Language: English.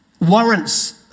warrants